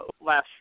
last